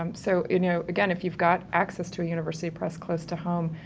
um so you know, again, if you've got access to a university press close to home,